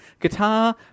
guitar